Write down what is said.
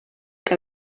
que